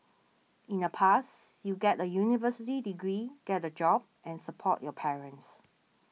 in the past you get a university degree get a job and support your parents